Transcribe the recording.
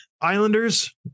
Islanders